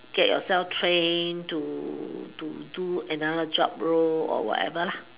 get yourself train to to do do another job role or whatever